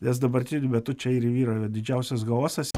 nes dabartiniu metu čia ir yra didžiausias chaosas